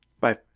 Bye